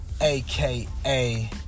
aka